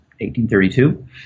1832